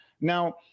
now